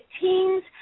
teens